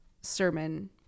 sermon